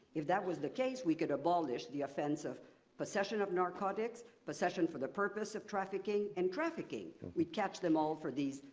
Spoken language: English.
if that was the case, we could abolish the offense of possession of narcotics, possession for the purpose of trafficking, and trafficking. we'd catch them all for these,